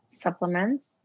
supplements